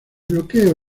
bloqueo